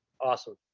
awesome